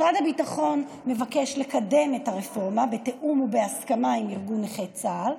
משרד הביטחון מבקש לקדם את הרפורמה בתיאום ובהסכמה עם ארגון נכי צה"ל,